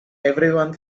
everyone